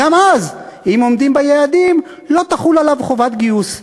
גם אז, אם עומדים ביעדים, לא תחול עליו חובת גיוס.